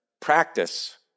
Practice